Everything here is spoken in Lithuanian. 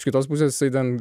iš kitos pusės jisai ten